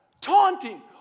taunting